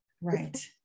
right